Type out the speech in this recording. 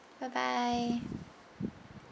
bye bye